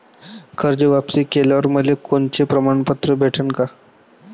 कर्ज वापिस केल्यावर मले कोनचे प्रमाणपत्र भेटन का?